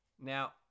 Now